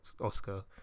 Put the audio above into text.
Oscar